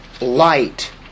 light